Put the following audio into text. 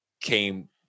came